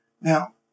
Now